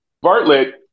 Bartlett